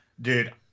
Dude